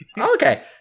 Okay